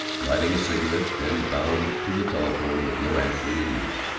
lighting a cigarette then, bound to the telephone with no ashtray in reach,